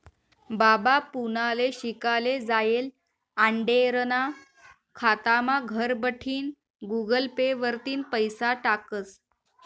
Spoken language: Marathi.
बाबा पुनाले शिकाले जायेल आंडेरना खातामा घरबठीन गुगल पे वरतीन पैसा टाकस